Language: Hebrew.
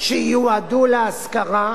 שייועדו להשכרה,